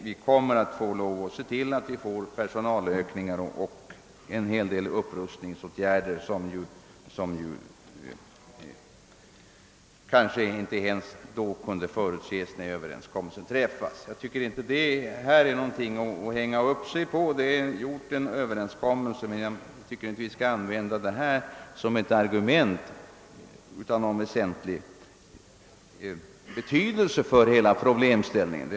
Vi kommer att bli nödsakade att öka personalen och rusta upp mentalsjukhusen på ett sätt som inte kunde förutses när överenskommelsen träffades. Nu har den emellertid träffats. Jag tycker dock inte att detta argument är av någon väsentlig betydelse för problemställningen.